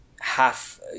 half